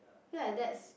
I feel like that's